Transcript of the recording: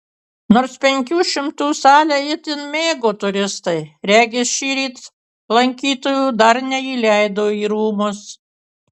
nors penkių šimtų salę itin mėgo turistai regis šįryt lankytojų dar neįleido į rūmus